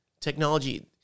technology